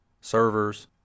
servers